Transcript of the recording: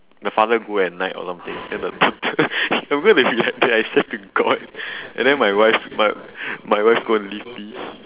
the father go at night or something then the ah I swear to god and then my wife's my my wife going to leave me